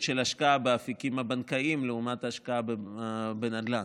של ההשקעה באפיקים הבנקאיים לעומת ההשקעה בנדל"ן.